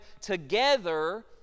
together